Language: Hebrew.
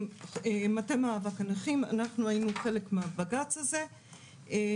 אנחנו במטה מאבק הנכים היינו חלק מהבג"ץ הזה.